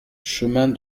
chemin